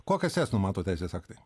kokias jas numato teisės aktai